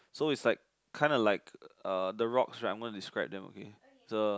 so is like kind of like a the rock right I am going to describe them okay the